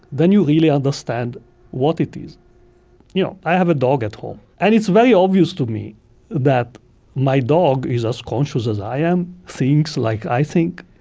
then you really understand what it is. you know, i have a dog at home, and it's very obvious to me that my dog is as conscious as i am, thinks like i think.